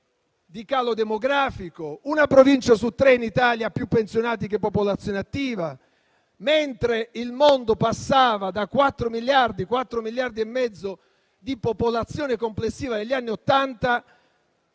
di calo demografico: una Provincia su tre in Italia ha più pensionati che popolazione attiva. Mentre il mondo passava da 4-4,5 miliardi di popolazione complessiva negli anni Ottanta